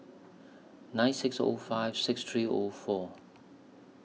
nine six O five six three O four